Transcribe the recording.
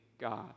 God